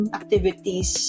activities